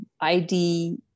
ID